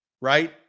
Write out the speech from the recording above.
Right